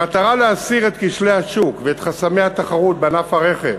במטרה להסיר את כשלי השוק ואת חסמי התחרות בענף הרכב